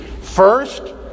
First